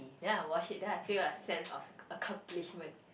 then I wash it then I feel a sense of accomplishment